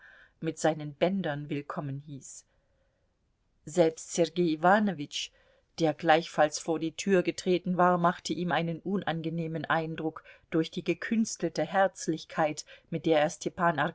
mit seinen bändern willkommen hieß selbst sergei iwanowitsch der gleichfalls vor die tür getreten war machte ihm einen unangenehmen eindruck durch die gekünstelte herzlichkeit mit der er